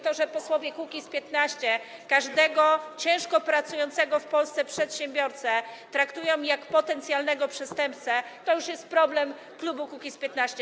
To, że posłowie Kukiz’15 każdego ciężko pracującego w Polsce przedsiębiorcę traktują jak potencjalnego przestępcę, to już jest problem klubu Kukiz’15.